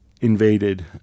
invaded